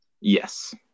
Yes